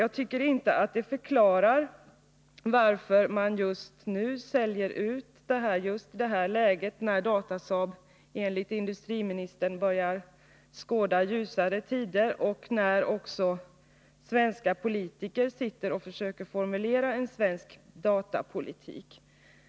Jag tycker alltså inte att det förklarar varför man säljer ut i just det här läget, när Datasaab enligt industriministern går mot ljusare tider och när svenska politiker håller på och försöker formulera en svensk datapolitik.